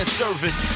service